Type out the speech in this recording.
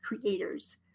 Creators